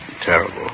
Terrible